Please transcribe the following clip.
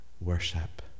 worship